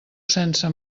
sense